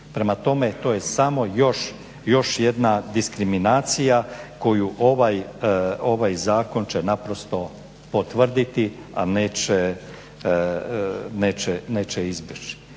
Prema tome, to je samo još jedna diskriminacija koju ovaj Zakon će naprosto potvrditi, a neće izbjeći.